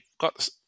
got